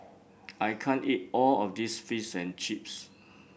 I can't eat all of this Fish and Chips